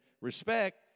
respect